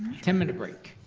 ten minute break.